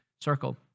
circle